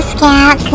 Scout